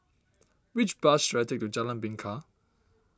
which bus should I take to Jalan Bingka